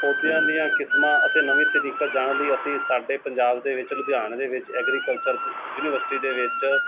ਪੌਦਿਆਂ ਦੀਆਂ ਕਿਸਮਾਂ ਅਤੇ ਨਵੀਆਂ ਤਕਨੀਕਾਂ ਜਾਣਨ ਲਈ ਅਸੀਂ ਸਾਡੇ ਪੰਜਾਬ ਦੇ ਵਿੱਚ ਲੁਧਿਆਣੇ ਦੇ ਵਿੱਚ ਐਗਰੀਕਲਚਰ ਯੂਨੀਵਰਸਿਟੀ ਦੇ ਵਿੱਚ